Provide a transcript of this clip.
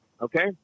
Okay